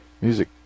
music